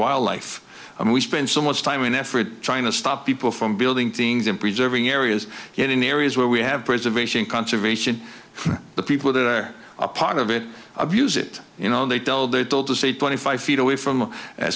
wildlife and we spend so much time and effort trying to stop people from building things in preserving areas here in the areas where we have preservation conservation the people that are a part of it abuse it you know they tell they're told to stay twenty five feet away from